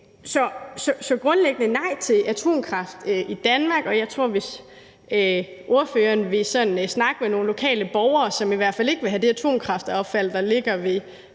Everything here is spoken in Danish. grundlæggende nej til atomkraft i Danmark, og jeg tror, at hvis ordføreren vil snakke med nogle lokale borgere, som i hvert fald ikke vil have det atomaffald, der ligger ved